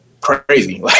crazy